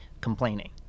complaining